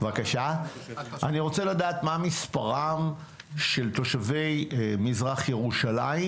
אני רוצה לדעת מה מספרם של תושבי מזרח ירושלים,